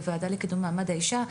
בוועדה לקידום מעמד האישה,